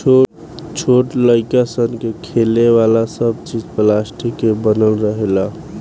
छोट लाइक सन के खेले वाला सब चीज़ पलास्टिक से बनल रहेला